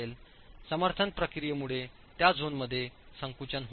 समर्थन प्रतिक्रियेमुळे त्या झोनमध्ये संकुचन होते